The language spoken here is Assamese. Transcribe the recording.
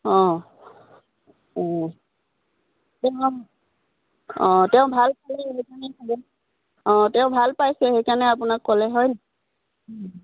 অঁ অঁ তেওঁ অঁ তেওঁ ভাল পালে সেইকাৰণে তেওঁ অঁ তেওঁ ভাল পাইছে সেইকাৰণে আপোনাক ক'লে হয় নাই